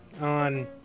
on